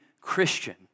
Christian